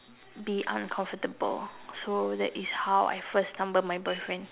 be uncomfortable so that is how I first stumble my boyfriend